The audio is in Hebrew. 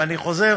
ואני חוזר,